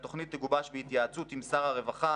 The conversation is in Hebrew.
שהתוכנית תגובש בהתייעצות עם שר הרווחה